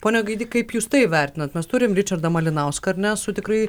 pone gaidy kaip jūs tai vertinat mes turim ričardą malinauską ar ne su tikrai